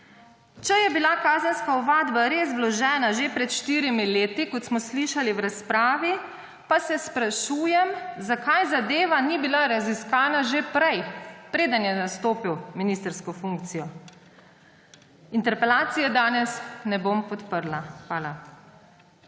Če je bila kazenska ovadba res vložena že pred štirimi leti, kot smo slišali v razpravi, pa se sprašujem, zakaj zadeva ni bila raziskana že prej, preden je nastopil ministrsko funkcijo. Interpelacije danes ne bom podprla. Hvala.